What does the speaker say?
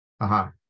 Aha